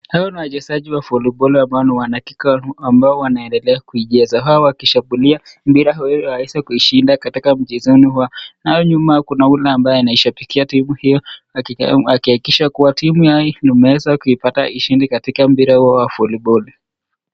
Hawa ni wachzaji wa voliboli ambao wanaendelea kuicheza. Hawa wakishambulia, mbele hawezi kuishinda katika mchezoni huo. Na nyuma kuna yule ambaye anaishabikia timu hiyo, akihakikisha kuwa timu yao imeweza kuipata ushindi katika mpira huo wa voliboli.